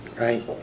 Right